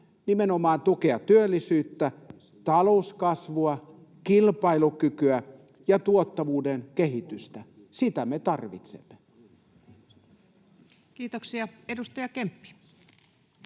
nimenomaan tukea työllisyyttä, talouskasvua, kilpailukykyä ja tuottavuuden kehitystä. Sitä me tarvitsemme. [Aino-Kaisa Pekosen